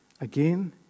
Again